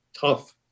tough